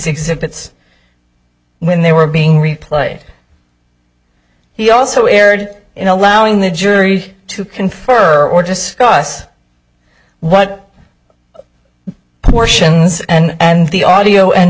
exhibits when they were being replayed he also erred in allowing the jury to confer or discuss what portions and the audio and